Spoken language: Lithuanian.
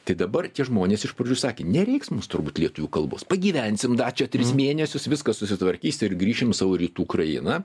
tai dabar tie žmonės iš pradžių sakė nereiks mums turbūt lietuvių kalbos pagyvensim dar čia tris mėnesius viskas susitvarkys ir grįšim į savo rytų ukrainą